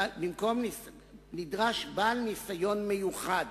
נדרש בעל ניסיון מיוחד